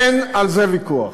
אין על זה ויכוח.